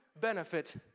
benefit